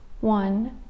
one